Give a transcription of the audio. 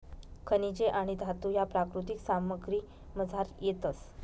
खनिजे आणि धातू ह्या प्राकृतिक सामग्रीमझार येतस